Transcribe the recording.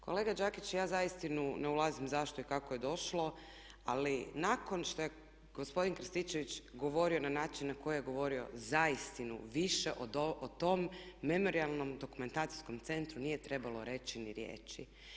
Kolega Đakić ja uistinu ne ulazim zašto i kako je došlo ali nakon što je gospodin Krstičević govorio na način na koji je govorio uistinu više o tom memorijalnom dokumentacijskom centru nije trebalo riječi ni riječi.